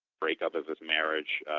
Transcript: breakup of his marriage,